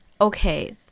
Okay